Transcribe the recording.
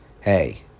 Hey